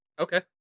Okay